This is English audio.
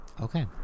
Okay